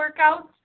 workouts